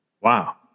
wow